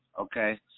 Okay